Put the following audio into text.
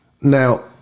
Now